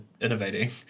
innovating